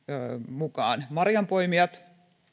mukaan myöskin marjanpoimijat